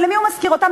ולמי הוא משכיר אותן?